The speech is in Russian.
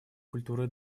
культуры